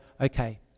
okay